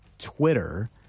Twitter